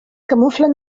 camuflen